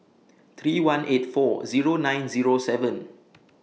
three one eight four Zero nine Zero seven